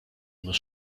muss